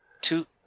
Two